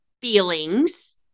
feelings